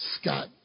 Scott